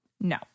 no